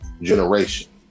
generation